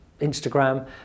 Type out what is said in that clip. Instagram